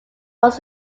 once